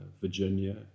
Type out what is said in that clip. Virginia